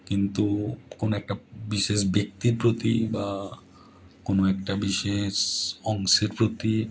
কিন্তু কোনো একটা বিশেষ ব্যক্তির প্রতি বা কোনো একটা বিশেষ অংশের প্রতি